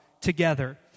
together